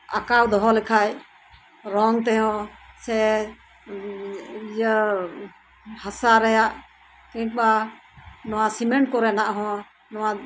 ᱟᱸᱠᱟᱣ ᱰᱚᱦᱚ ᱞᱮᱠᱷᱟᱱ ᱨᱚᱝ ᱛᱮᱦᱚᱸ ᱥᱮ ᱤᱭᱟᱹ ᱦᱟᱥᱟ ᱨᱮᱭᱟᱜ ᱠᱤᱝᱵᱟ ᱱᱚᱣᱟ ᱥᱤᱢᱮᱴ ᱠᱚᱨᱮᱱᱟᱜ ᱦᱚᱸ ᱱᱚᱣᱟ